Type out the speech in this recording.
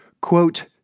Quote